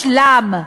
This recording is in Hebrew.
והושלם.